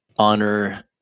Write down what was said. honor